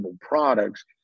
products